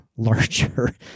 Larger